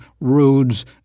roads